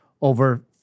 over